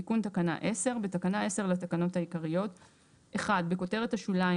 תיקון תקנה 10. בתקנה 10 לתקנות העיקריות - בכותרת השוליים,